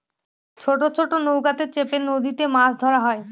ছোট ছোট নৌকাতে চেপে নদীতে মাছ ধরা হয়